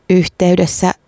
yhteydessä